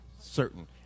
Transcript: certain